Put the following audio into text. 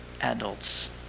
adults